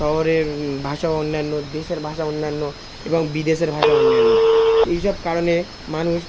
শহরের ভাষা অন্যান্য দেশের ভাষা অন্যান্য এবং বিদেশের ভাষা অন্যান্য এইসব কারণে মানুষ